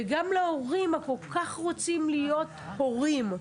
וגם להורים שכל כך רוצים להיות הורים.